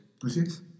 Gracias